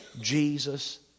Jesus